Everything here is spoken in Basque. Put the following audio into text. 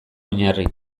oinarri